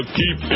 keep